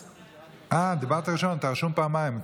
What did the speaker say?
אה, דיברת ראשון, אתה רשום פעמיים.